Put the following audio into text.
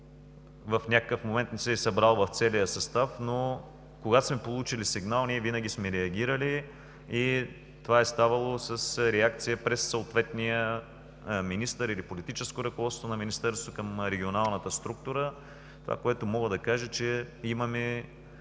в някакъв момент не се е събрал в целия състав, но когато сме получили сигнал, ние винаги сме реагирали и това е ставало с реакция през съответния министър или политическо ръководство на Министерството към регионалната структура. Мога да кажа, че имаме